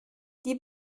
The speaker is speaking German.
die